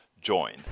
join